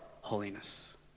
holiness